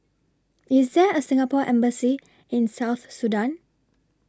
IS There A Singapore Embassy in South Sudan